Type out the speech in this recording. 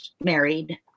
married